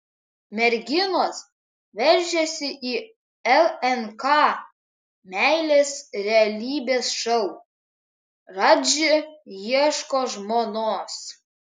merginos veržiasi į lnk meilės realybės šou radži ieško žmonos